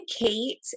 Kate